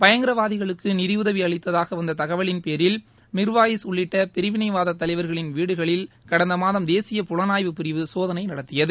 பயங்கரவாதிகளுக்கு நிதியுதவி அளித்ததாக வந்த தகவலின் பேரில் மிர்வாயிஸ் உள்ளிட்ட பிரிவினைவாத தலைவா்களின் வீடுகளில் கடந்த மாதம் தேசிய புலானய்வு பிரிவு சோதனை நடத்தியது